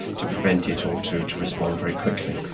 to prevent it or to to respond very quickly.